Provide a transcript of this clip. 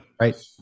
Right